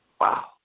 Wow